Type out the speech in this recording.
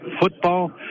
football